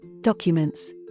Documents